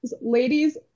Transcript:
ladies